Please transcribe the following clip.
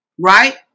right